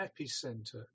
epicenter